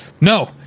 no